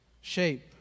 shape